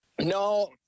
No